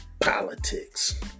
politics